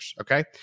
Okay